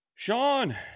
Sean